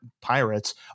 Pirates